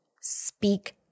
speak